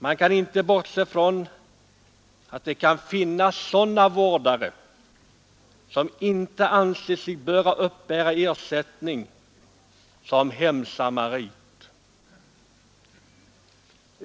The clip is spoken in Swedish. Man kan emellertid inte bortse från att det kan finnas vårdare som inte anser sig böra uppbära ersättning som hemsamarit.